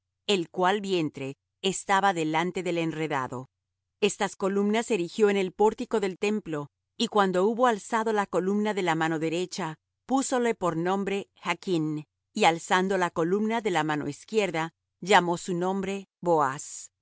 el cual vientre estaba delante del enredado estas columnas erigió en el pórtico del templo y cuando hubo alzado la columna de la mano derecha púsole por nombre jachn y alzando la columna de la mano izquierda llamó su nombre boaz